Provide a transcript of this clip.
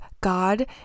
god